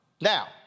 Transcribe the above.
Now